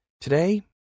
Today